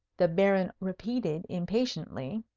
the baron repeated, impatiently.